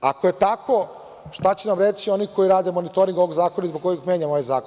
Ako je tako, šta će nam reći oni koji rade monitoring ovog zakona i zbog kojih menjamo ovaj zakon?